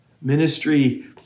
Ministry